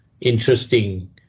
interesting